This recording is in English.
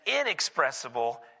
inexpressible